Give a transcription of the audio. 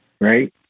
right